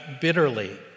bitterly